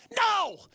No